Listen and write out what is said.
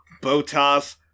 Botas